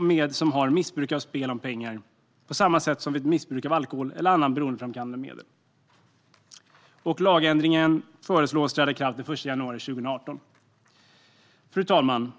med har ett missbruk av spel om pengar, på samma sätt som vid missbruk av alkohol eller andra beroendeframkallande medel. Lagändringarna föreslås träda i kraft den 1 januari 2018. Fru talman!